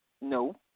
No